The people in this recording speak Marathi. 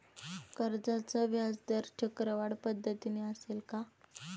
कर्जाचा व्याजदर चक्रवाढ पद्धतीने असेल का?